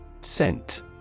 Scent